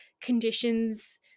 conditions